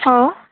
हो